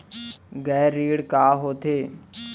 गैर ऋण का होथे?